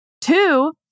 Two